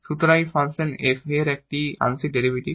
সুতরাং এই function M এর আংশিক ডেরিভেটিভ